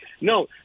No